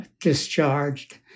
discharged